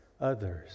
others